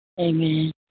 Amen